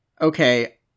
okay